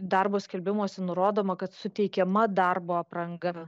darbo skelbimuose nurodoma kad suteikiama darbo apranga